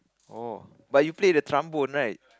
orh but you play the trombone right